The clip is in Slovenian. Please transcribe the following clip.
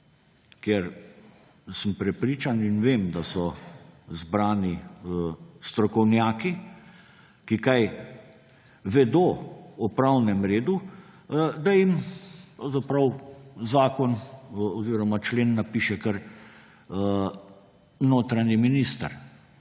kjer sem prepričan in vem, da so zbrani strokovnjaki, ki kaj vedo o pravnem redu – pravzaprav zakon oziroma člen napiše kar notranji minister